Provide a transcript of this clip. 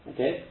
Okay